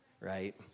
Right